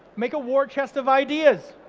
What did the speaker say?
make a war chest of ideas,